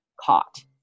caught